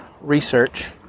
research